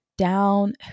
Down